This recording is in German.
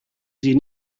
sie